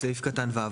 סעיף קטן (ו):